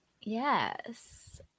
Yes